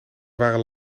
waren